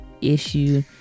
issue